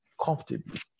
comfortably